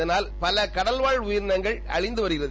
இதனால் பல கடல்வாழ் உயிரினங்கள் அழிந்து வருகிறது